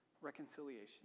reconciliation